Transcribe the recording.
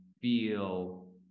feel